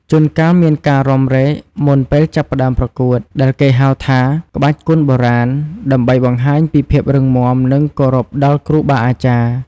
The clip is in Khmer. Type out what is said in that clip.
ជួនកាលមានការរាំរែកមុនពេលចាប់ផ្ដើមប្រកួត ដែលគេហៅថា ក្បាច់គុណបុរាណ ដើម្បីបង្ហាញពីភាពរឹងមាំ និងគោរពដល់គ្រូបាអាចារ្យ។